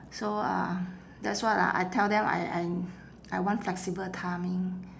so uh that's why lah I tell them I I I want flexible timing